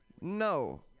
No